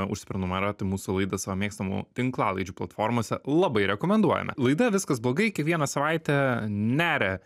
užsiprenumeruoti mūsų laidą savo mėgstamų tinklalaidžių platformose labai rekomenduojame laida viskas blogai kiekvieną savaitę neria